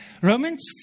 Romans